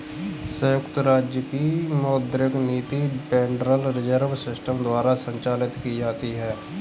संयुक्त राज्य की मौद्रिक नीति फेडरल रिजर्व सिस्टम द्वारा संचालित की जाती है